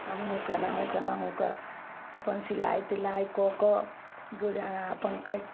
हमहुँ केनाहुँ केनाहुँ कऽ अपन सिलाइ तिलाइ कऽ कऽ गुजारा अपन करि